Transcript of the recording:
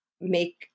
make